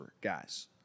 guys